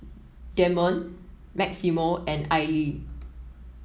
Demond Maximo and Aili